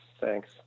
thanks